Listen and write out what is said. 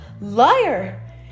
liar